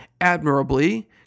admirably